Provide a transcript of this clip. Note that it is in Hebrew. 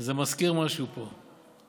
זה מזכיר משהו פה.